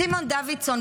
סימון דוידסון,